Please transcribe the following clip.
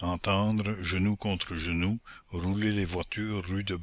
entendre genou contre genou rouler les voitures rue de